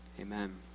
Amen